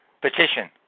petition